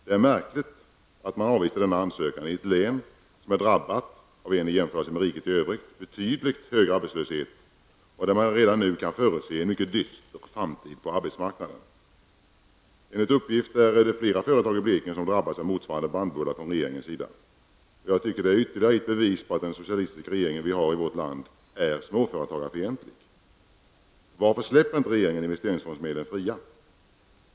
Det är märkligt att man avvisar denna ansökan i ett län som är drabbat av en i jämförelse med riket i övrigt betydligt högre arbetslöshet och där man redan nu kan förutse en mycket dyster framtid på arbetsmarknaden. Enligt uppgift är det flera företag i Blekinge som drabbats av motsvarande bannbulla från regeringen. Jag tycker att det är ytterligare ett bevis på att den socialistiska regeringen vi har i vårt land är småföretagarfientlig. Varför släpper regeringen inte investeringsfondsmedlen fria?